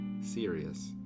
serious